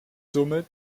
somit